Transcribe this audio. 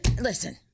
listen